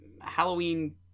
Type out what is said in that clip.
halloween